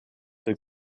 der